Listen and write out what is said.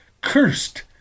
cursed